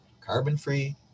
Carbon-Free